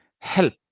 help